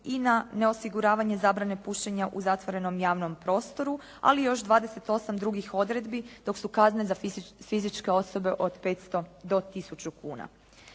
i na neosiguravanje zabrane pušenja u zatvorenom javnom prostoru, ali i još 28 drugih odredbi, dok su kazne za fizičke osobe od 500 do 1000 kuna.